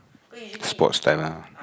sports time ah